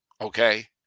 Okay